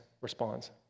responds